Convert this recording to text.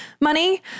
money